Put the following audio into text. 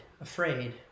afraid